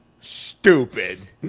stupid